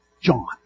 John